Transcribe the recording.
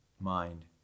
Mind